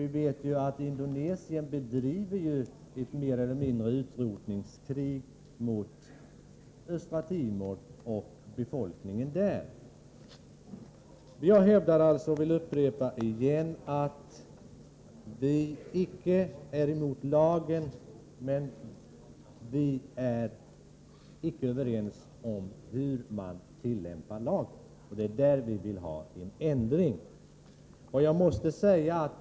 Vi vet att Indonesien bedriver vad som mer eller mindre är ett utrotningskrig mot Östra Timor och befolkningen där. Vi är alltså — och jag vill upprepa det igen — inte emot lagen, men vi är icke överens när det gäller tillämpningen av den. Det är där vi vill ha en ändring.